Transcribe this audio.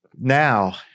now